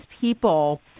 people